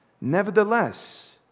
Nevertheless